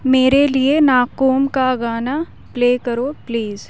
میرے لیے ناکومکا گانا پلے کرو پلیز